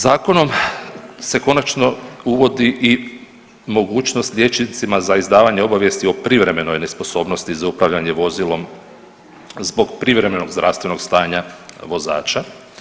Zakonom se konačno uvodi i mogućnost liječnicima za izdavanje obavijesti o privremenoj nesposobnosti za upravljanjem vozilom zbog privremenog zdravstvenog stanja vozača.